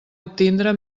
obtindre